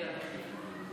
מודה לאל שאיתן החליף אותי.